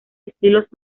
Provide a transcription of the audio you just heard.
estilos